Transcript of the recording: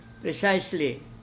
precisely